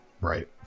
Right